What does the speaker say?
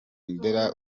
ndera